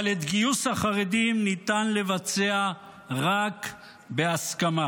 אבל את גיוס החרדים ניתן לבצע רק בהסכמה,